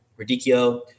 radicchio